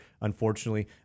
unfortunately